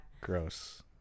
Gross